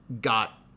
got